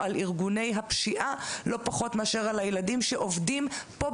על ארגוני הפשיעה לא פחות מאשר על הילדים שעובדים פה,